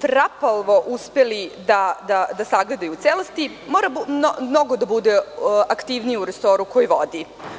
trapavo uspeli da sagledaju u celosti, mora mnogo da bude aktivniji u resoru koji vodi.